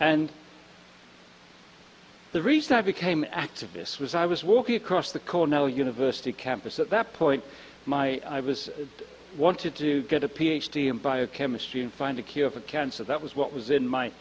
and the reason i became activists was i was walking across the cornell university campus at that point my i was i wanted to get a ph d in biochemistry and find a cure for cancer that was what was in my